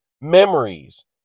memories